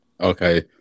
Okay